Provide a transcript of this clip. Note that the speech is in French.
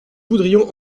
voudrions